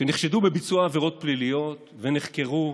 שנחשדו בביצוע עבירות פליליות, נחקרו,